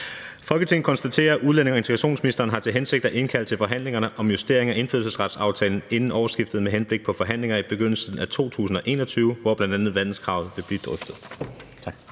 »Folketinget konstaterer, at udlændinge- og integrationsministeren har til hensigt at indkalde til forhandlinger om justering af indfødsretsaftalen inden årsskiftet med henblik på forhandlinger i begyndelsen af 2021, hvor bl.a. vandelskravet vil blive drøftet.«